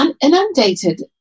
inundated